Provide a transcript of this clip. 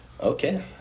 Okay